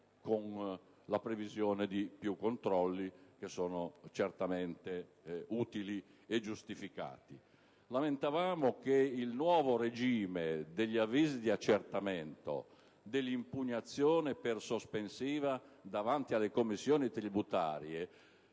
con la previsione di più controlli, che sono certamente utili e giustificati. Lamentavamo che il nuovo regime degli avvisi di accertamento dell'impugnazione per sospensiva davanti alle commissioni tributarie